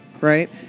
Right